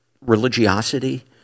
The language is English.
religiosity